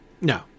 No